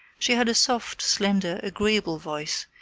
she had a soft, slender, agreeable voice,